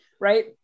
right